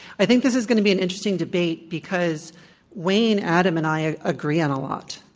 i think this is going to be an interesting debate because wayne, adam, and i agree on a lot.